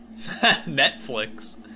Netflix